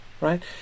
Right